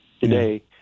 today